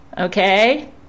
okay